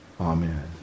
Amen